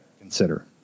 consider